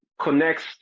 connects